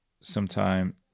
sometime